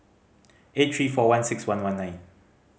eight three four one six one one nine